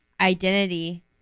identity